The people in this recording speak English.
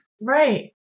Right